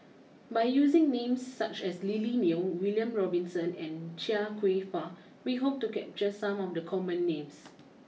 by using names such as Lily Neo William Robinson and Chia Kwek Fah we hope to capture some of the common names